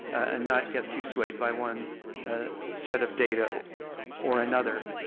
and not get too swayed by one set of data or another,